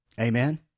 Amen